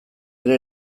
ere